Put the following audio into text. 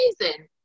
amazing